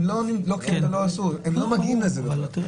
הם לא מגיעים לזה בכלל.